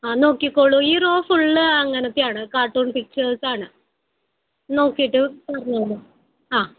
ആ നോക്കിക്കോളൂ ഈ റോ ഫുൾ അങ്ങനത്തെയാണ് കാർട്ടൂൺ പിക്ച്ചേഴ്സ് ആണ് നോക്കിയിട്ട് പറഞ്ഞോളൂ ആ